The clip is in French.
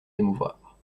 émouvoir